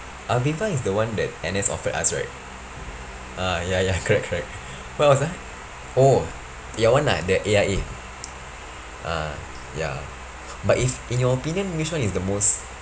aviva is the one that N_S offered us right ah ya ya correct correct where was I oh your one ah the A_I_A uh ya but if in your opinion which one is the most